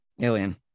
Alien